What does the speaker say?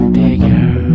bigger